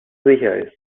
sicher